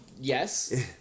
Yes